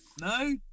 no